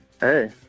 Hey